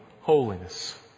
holiness